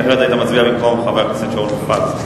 כי אחרת היית מצביע במקום חבר הכנסת שאול מופז.